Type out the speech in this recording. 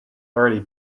already